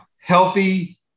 healthy